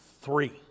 three